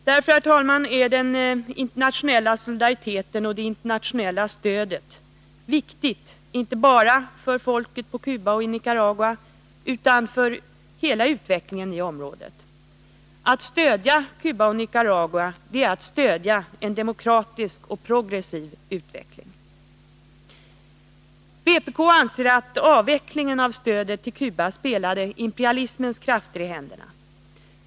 Därför, herr talman, är den internationella solidariteten och det internationella stödet viktiga, inte bara för folket på Cuba och i Nicaragua utan för hela utvecklingen i området. Att stödja Cuba och Nicaragua är att stödja en demokratisk och progressiv utveckling. Vpk anser att avvecklingen av stödet till Cuba spelade imperialismens krafter i händerna.